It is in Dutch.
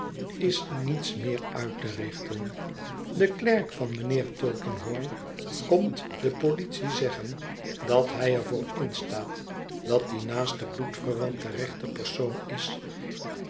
is niets meer uit te richten de klerk van mijnheer tulkinghorn komt de politie zeggen dat hij er voor instaat dat die naaste bloedverwant de rechte persoon is